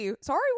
Sorry